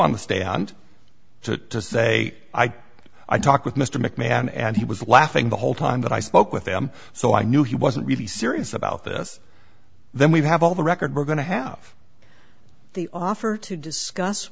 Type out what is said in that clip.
on the stand to say i i talked with mr mcmahon and he was laughing the whole time that i spoke with him so i knew he wasn't really serious about this then we have all the record we're going to have the offer to discuss